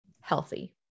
healthy